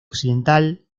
occidental